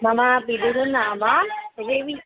मम पितुः नाम